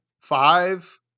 five